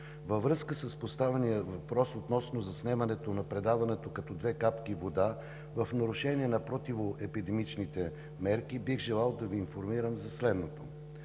във връзка с поставения въпрос относно заснемането на предаването „Като две капки вода“ в нарушение на противоепидемичните мерки, бих желал да Ви информирам за следното: